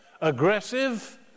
Aggressive